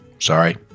Sorry